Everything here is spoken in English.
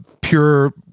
pure